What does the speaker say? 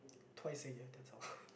twice a year that's all